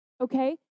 okay